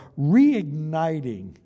reigniting